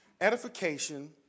edification